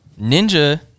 ninja